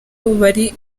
bari